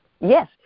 Yes